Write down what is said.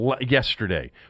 yesterday